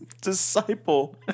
Disciple